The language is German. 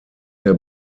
der